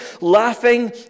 laughing